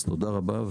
אז תודה רבה.